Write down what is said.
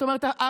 זאת אומרת,